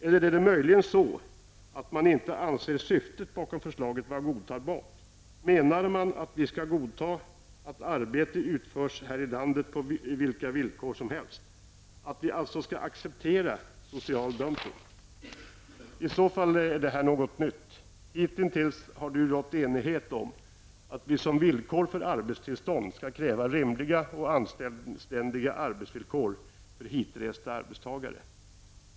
Eller är det möjligen så att man inte anser syftet bakom förslaget vara godtagbart? Menar man att vi skall godta att arbete utförs här i landet på vilka villkor som helst? Att vi alltså skall acceptera social dumpning? I så fall är det något nytt. Hitintills har det ju rått enighet om att vi som villkor för arbetstillstånd skall kräva rimliga och anständiga arbetsvillkor för hitresta arbetstagare.